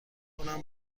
کنم